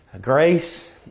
grace